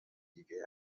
دیگه